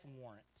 warrant